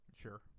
Sure